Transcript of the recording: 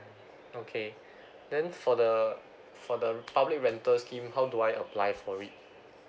okay then for the for the public rental scheme how do I apply for it